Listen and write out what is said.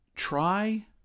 Try